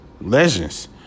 Legends